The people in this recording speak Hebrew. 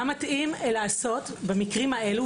מה מתאים לעשות במקרים האלה,